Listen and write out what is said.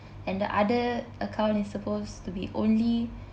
and the other account is supposed to be only